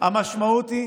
המשמעות היא